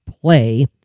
play